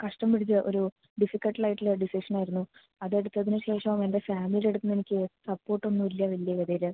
കഷ്ടം പിടിച്ച ഒരു ഡിഫിക്കൽട്ടായിട്ടുള്ള ഡിസിഷൻ ആയിരുന്നു അത് എടുത്തതിന് ശേഷമാണ് എന്റെ ഫാമിലി അടുത്തുനിന്നെനിക്ക് സപ്പോർട്ടൊന്നും ഇല്ല വല്യ ഗതീല്